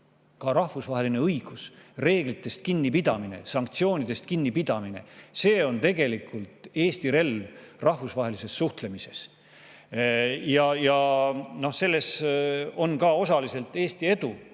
ja rahvusvaheline õigus, reeglitest kinnipidamine, sanktsioonidest kinnipidamine – see on Eesti relv rahvusvahelises suhtlemises. Sellest [tuleneb] osaliselt ka Eesti edu.